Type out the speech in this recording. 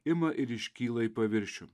ima ir iškyla į paviršių